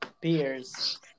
beers